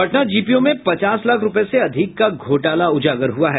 Patna GPO में पचास लाख रूपये से अधिक का घोटाला उजागर हुआ है